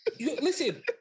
Listen